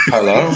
Hello